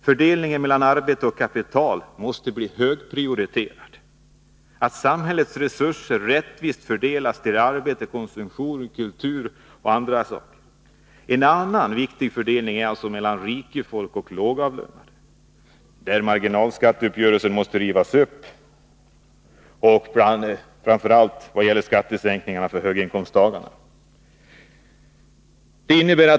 Fördelningen mellan arbete och kapital måste bli högprioriterad, så att samhällets resurser rättvist fördelas till arbete, konsumtion, kultur m.m. En annan viktig fördelning är den mellan rikefolk och lågavlönade, där marginalskatteuppgörelsen måste rivas upp, framför allt i vad gäller skattesänkningarna för höginkomsttagarna.